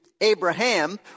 Abraham